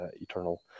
eternal